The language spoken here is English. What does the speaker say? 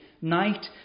night